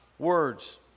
words